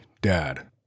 Dad